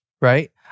Right